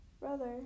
brother